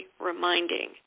reminding